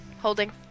Holding